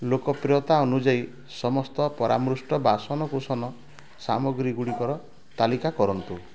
ଲୋକପ୍ରିୟତା ଅନୁଯାୟୀ ସମସ୍ତ ପରାମୃଷ୍ଟ ବାସନକୁସନ ସାମଗ୍ରୀ ଗୁଡ଼ିକର ତାଲିକା କରନ୍ତୁ